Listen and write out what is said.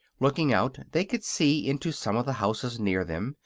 looking out, they could see into some of the houses near them,